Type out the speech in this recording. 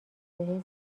بهش